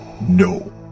No